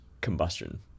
combustion